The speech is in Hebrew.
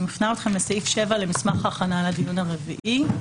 אני מפנה אתכם לעמוד 7 למסמך ההכנה לדיון הרביעי,